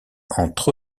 entre